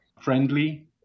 friendly